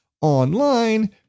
online